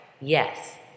yes